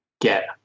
get